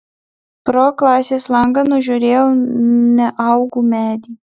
pro klasės langą nužiūrėjau neaugų medį